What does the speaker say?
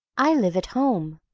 i live at home,